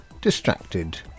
distracted